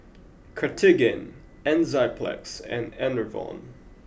Cartigain Enzyplex and Enervon